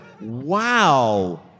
wow